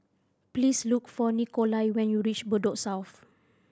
please look for Nikolai when you reach Bedok South